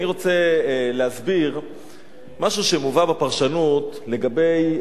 רוצה להסביר משהו שמובא בפרשנות לגבי,